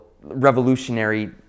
revolutionary